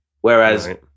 whereas